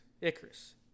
Icarus